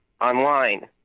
online